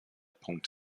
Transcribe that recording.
punkt